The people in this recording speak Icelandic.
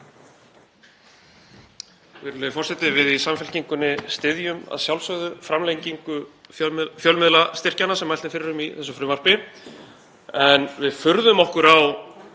Virðulegur forseti. Við í Samfylkingunni styðjum að sjálfsögðu framlengingu fjölmiðlastyrkjanna sem mælt er fyrir um í þessu frumvarpi. Við furðum okkur á